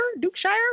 Dukeshire